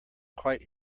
quite